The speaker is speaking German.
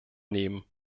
nehmen